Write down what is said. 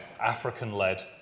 African-led